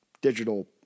digital